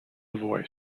voice